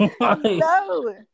No